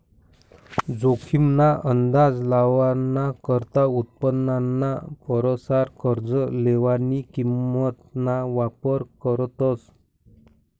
जोखीम ना अंदाज लावाना करता उत्पन्नाना परसार कर्ज लेवानी किंमत ना वापर करतस